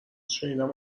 شنیدم